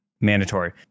Mandatory